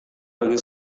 pergi